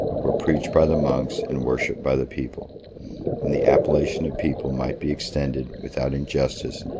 were preached by the monks, and worshipped by the people and the appellation of people might be extended, without injustice,